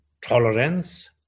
tolerance